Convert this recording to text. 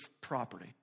property